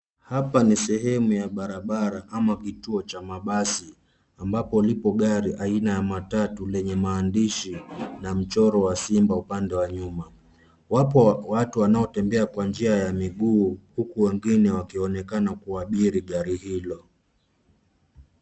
Hapa ni sehemu ya barabara ama kituo cha mabasi ambapo lipo gari aina ya matatu lenye maandishina mchoro wa simba upande wa nyuma. Wapo watu wanaotembea kwa njia ya mguu huku wengine wanaonekana kuabiri gari hilo.